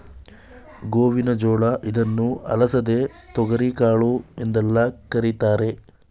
ಗೋವಿನ ಜೋಳ ಇದನ್ನು ಅಲಸಂದೆ, ತೊಗರಿಕಾಳು ಎಂದೆಲ್ಲ ಕರಿತಾರೆ